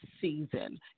season